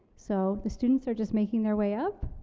so the students are just making their way up.